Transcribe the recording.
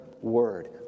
word